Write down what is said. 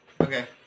Okay